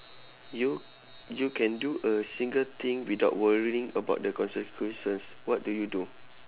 you you can do a single thing without worrying about the consequences what do you do